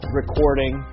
recording